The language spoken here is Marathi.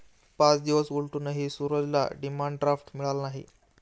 पाच दिवस उलटूनही सूरजला डिमांड ड्राफ्ट मिळाला नाही